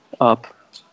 up